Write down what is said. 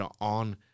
on